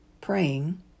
praying